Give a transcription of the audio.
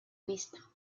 vista